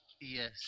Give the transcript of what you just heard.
Yes